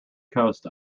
coast